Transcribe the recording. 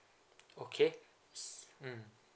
okay s~ mm